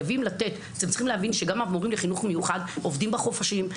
אתם צריכים להבין שגם המורים לחינוך מיוחד עובדים בחופשים,